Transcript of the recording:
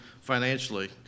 financially